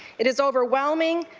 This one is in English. it is overwhelming,